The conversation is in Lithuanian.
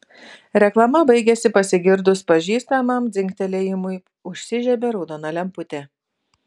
reklama baigėsi pasigirdus pažįstamam dzingtelėjimui užsižiebė raudona lemputė